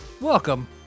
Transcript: Welcome